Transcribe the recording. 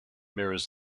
mirrors